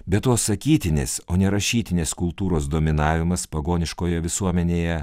be to sakytinės o ne rašytinės kultūros dominavimas pagoniškoje visuomenėje